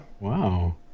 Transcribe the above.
Wow